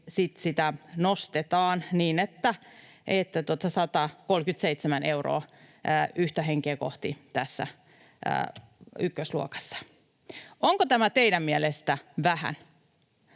sitä nostetaan 137 euroa yhtä henkeä kohti tässä ykkösluokassa. Onko tämä teidän mielestänne vähän?